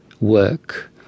work